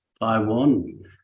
Taiwan